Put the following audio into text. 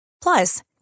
Plus